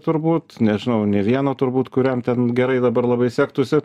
turbūt nežinau nė vieno turbūt kuriam ten gerai dabar labai sektųsi